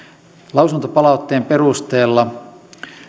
lausuntopalautteen perusteella